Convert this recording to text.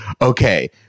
okay